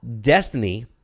Destiny